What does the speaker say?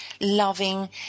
loving